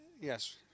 Yes